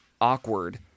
awkward